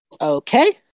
Okay